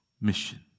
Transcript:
mission